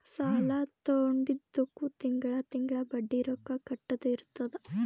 ಸಾಲಾ ತೊಂಡಿದ್ದುಕ್ ತಿಂಗಳಾ ತಿಂಗಳಾ ಬಡ್ಡಿ ರೊಕ್ಕಾ ಕಟ್ಟದ್ ಇರ್ತುದ್